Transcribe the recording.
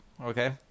okay